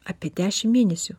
apie dešim mėnesių